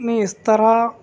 نے اس طرح